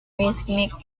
rhythmic